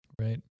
Right